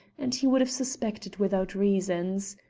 and he would have suspected without reasons.